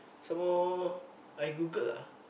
some more I Googled ah